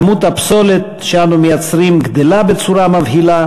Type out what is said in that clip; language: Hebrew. כמות הפסולת שאנו מייצרים גדלה בצורה מבהילה